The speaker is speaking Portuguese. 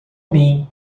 mim